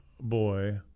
boy